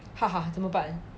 怎么办